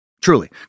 truly